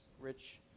rich